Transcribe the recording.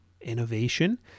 innovation